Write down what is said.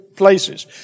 places